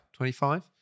25